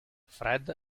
fred